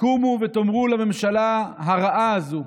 קומו ותאמרו לממשלה הרעה הזו: